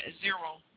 zero